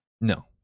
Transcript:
No